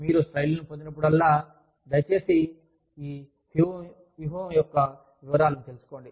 మీరు స్లైడ్లను పొందినప్పుడల్లా దయచేసి ఈ వ్యూహం యొక్క వివరాలను తెలుసుకోండి